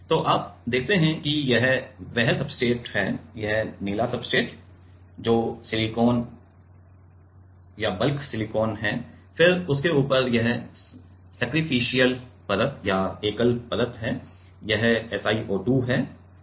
तो आप देखते हैं कि वे यह सब्सट्रेट है यह नीला सब्सट्रेट है जो सिलिकॉन बल्क सिलिकॉन है फिर उसके ऊपर यह सैक्रिफिशल परत या एंकल परत है यह SiO2 है